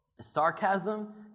sarcasm